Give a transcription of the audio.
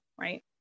right